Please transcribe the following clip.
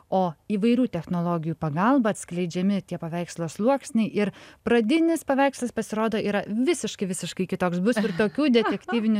o įvairių technologijų pagalba atskleidžiami tie paveikslo sluoksniai ir pradinis paveikslas pasirodo yra visiškai visiškai kitoks bus ir tokių detektyvinių